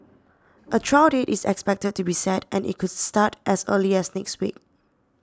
a trial date is expected to be set and it could start as early as next week